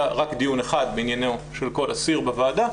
רק דיון אחד בעניינו של כל אסיר בוועדה,